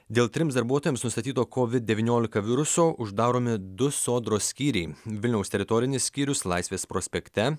dėl trims darbuotojams nustatyto kovid devyniolika viruso uždaromi du sodros skyriai vilniaus teritorinis skyrius laisvės prospekte